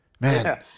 Man